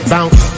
Bounce